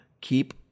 keep